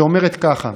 שאומרת כך: